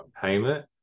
payment